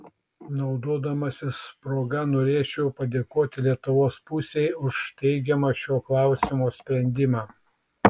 naudodamasis proga norėčiau padėkoti lietuvos pusei už teigiamą šio klausimo sprendimą